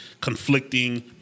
conflicting